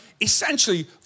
essentially